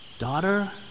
Daughter